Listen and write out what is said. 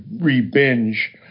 re-binge